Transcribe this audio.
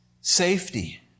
safety